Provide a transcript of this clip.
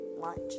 lunch